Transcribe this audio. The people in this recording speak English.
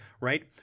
Right